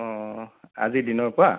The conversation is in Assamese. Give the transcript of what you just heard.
অ আজি দিনৰ পৰা